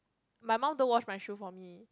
my mum don't wash my shoe for me